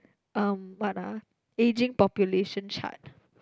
uh what ah ageing population chart